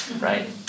right